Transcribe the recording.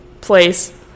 place